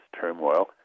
turmoil